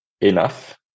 enough